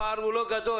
הפער הוא לא גדול.